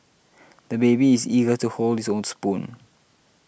the baby is eager to hold his own spoon